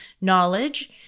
knowledge